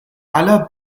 aller